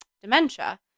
dementia